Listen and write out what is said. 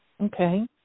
Okay